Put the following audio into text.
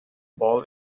ball